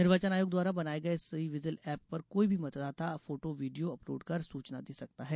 निर्वाचन आयोग द्वारा बनाये गये सी विजिल एप पर कोई भी मतदाता फोटो वीडियो अपलोड कर सूचना दे सकता है